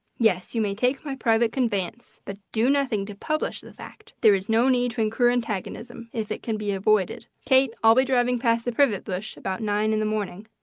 yes, you may take my private conveyance. but do nothing to publish the fact. there is no need to incur antagonism if it can be avoided. kate, i'll be driving past the privet bush about nine in the morning.